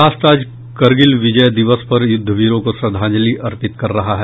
राष्ट्र आज करगिल विजय दिवस पर युद्ध वीरों को श्रद्धांजलि अर्पित कर रहा है